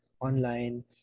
online